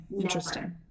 Interesting